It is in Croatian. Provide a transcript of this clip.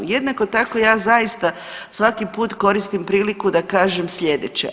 Jednako tako ja zaista svaki put koristim priliku da kažem slijedeće.